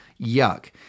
Yuck